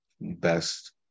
best